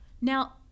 Now